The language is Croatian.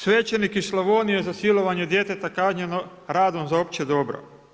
Svećenik iz Slavonije za silovanje djeteta kažnjen radom za opće dobro.